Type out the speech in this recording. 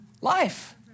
life